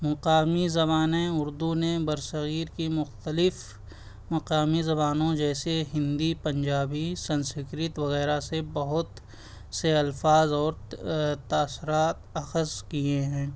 مقامی زبانیں اردو نے برِّ صغیر کی مختلف مقامی زبانوں جیسے ہندی پنجابی سنسکرت وغیرہ سے بہت سے الفاظ اور تاثرات اخذ کیے ہیں